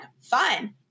fine